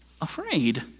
afraid